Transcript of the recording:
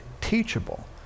teachable